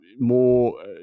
More